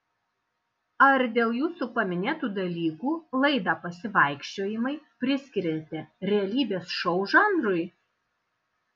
ar dėl jūsų paminėtų dalykų laidą pasivaikščiojimai priskiriate realybės šou žanrui